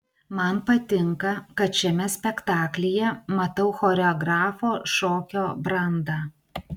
man patinka kad šiame spektaklyje matau choreografo šokio brandą